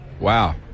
Wow